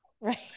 Right